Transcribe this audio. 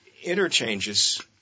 interchanges